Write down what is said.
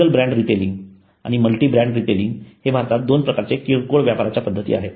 single brand retailing आणि multi brand retailing हे भारतात 2 प्रकारचे किरकोळ व्यापाराच्या पद्धती आहेत